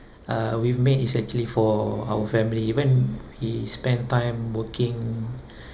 uh we've made is actually for our family even he spend time working